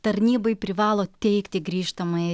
tarnybai privalo teikti grįžtamąjį